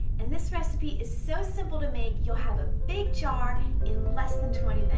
and this recipe is so simple to make, you'll have a big jar in less than twenty